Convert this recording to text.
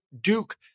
Duke